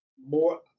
more